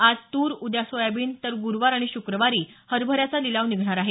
आज तूर उद्या सोयाबीन तर गुरुवार आणि शुक्रवारी हरभऱ्याचा लिलाव निघणार आहे